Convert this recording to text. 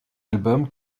album